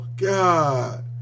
God